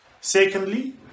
Secondly